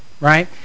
right